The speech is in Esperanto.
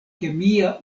kemia